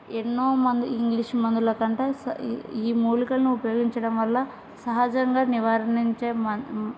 ఎన్నో మందు ఇంగ్లీష్ మందుల కంటే ఈ మూలికలను ఉపయోగించడం వల్ల సహజంగా నివారించే మ